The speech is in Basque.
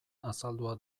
azaldua